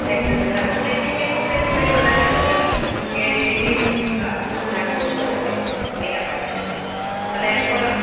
exercise stretching exercise થોડી વધારે કરવાની કે જેથી હા થાક ઓછો લાગે એના માટે અને એમ પણ